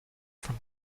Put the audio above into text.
from